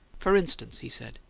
for instance, he said,